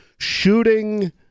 Shooting